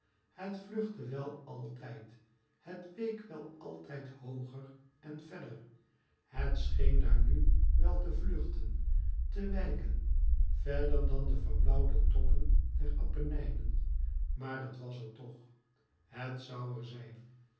het vluchtte wel altijd het week wel altijd hooger en verder het scheen daar nu wel te vluchten te wijken verder dan de verblauwde toppen der appenijnen maar het was er toch het zou er zijn